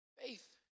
faith